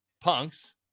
punks